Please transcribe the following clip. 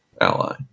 ally